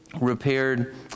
repaired